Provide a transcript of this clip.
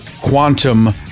Quantum